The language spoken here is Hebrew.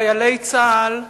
חיילי צה"ל,